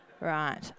right